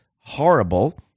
horrible